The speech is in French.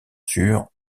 sur